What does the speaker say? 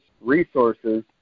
resources